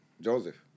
Joseph